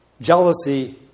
Jealousy